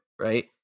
right